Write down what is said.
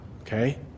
Okay